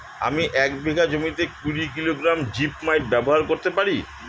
আমি এক বিঘা জমিতে কুড়ি কিলোগ্রাম জিপমাইট ব্যবহার করতে পারি?